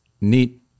neat